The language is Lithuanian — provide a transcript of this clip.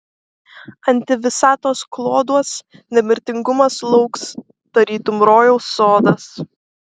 antivisatos kloduos nemirtingumas lauks tarytum rojaus sodas